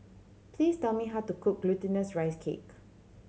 please tell me how to cook Glutinous Rice Cake